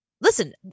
listen